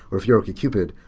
or if you're okcupid,